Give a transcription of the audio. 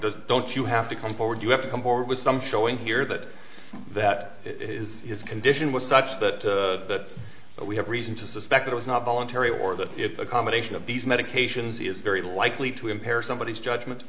knowing don't you have to come forward you have to come forward with some showing here that that is his condition was such that that we have reason to suspect it was not voluntary or that it's a combination of these medications is very likely to impair somebodies judgment